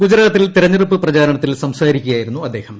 ഗുജറാത്തിൽ തെരഞ്ഞെടുപ്പ് പ്രചാരണത്തിൽ സംസാരിക്കുകയായിരുന്നു അദ്ദേഹം